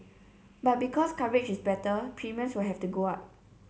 but because coverage is better premiums will have to go up